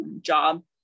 job